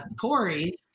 Corey